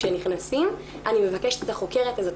כשנכנסים אני מבקשת את החוקרת הזאת.